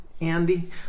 Andy